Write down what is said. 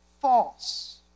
false